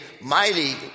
mighty